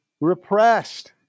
repressed